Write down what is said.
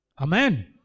Amen